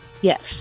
Yes